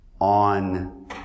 on